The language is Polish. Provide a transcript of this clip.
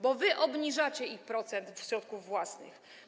Bo wy obniżacie ich procent środków własnych.